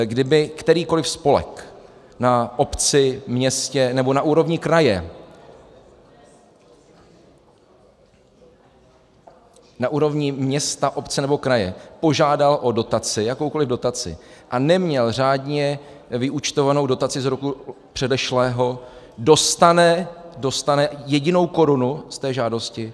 Kdyby kterýkoli spolek na obci, městě nebo na úrovni kraje, na úrovni města, obce nebo kraje požádal o dotaci, jakoukoli dotaci, a neměl řádně vyúčtovanou dotaci z roku předešlého, dostane jedinou korunu z té žádosti?